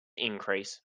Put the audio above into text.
increase